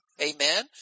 Amen